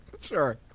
Sure